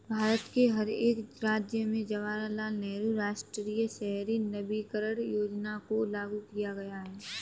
भारत के हर एक राज्य में जवाहरलाल नेहरू राष्ट्रीय शहरी नवीकरण योजना को लागू किया गया है